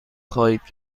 خواهید